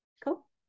cool